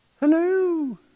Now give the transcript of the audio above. hello